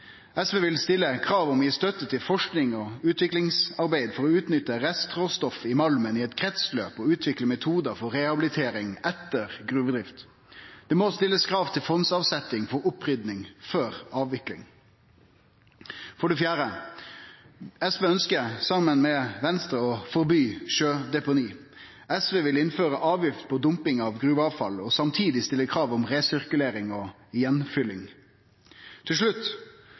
SV vil stille krav om å gi støtte til forsking og utviklingsarbeid for å utnytte restråstoff i malmen i eit krinsløp og utvikle metodar for rehabilitering etter gruvedrifta. Det må stillast krav til fondsavsetjing for opprydding før avvikling. For det fjerde: SV ønskjer saman med Venstre å forby sjødeponi. SV vil innføre avgift på dumping av gruveavfall og samtidig stille krav om resirkulering og gjenfylling. Til slutt